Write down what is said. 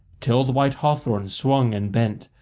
till the white hawthorn swung and bent,